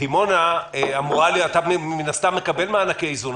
בדימונה אתה מן הסתם מקבל מענקי איזון.